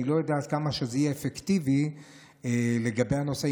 אני לא יודע עד כמה זה יהיה אפקטיבי לגבי הנושא,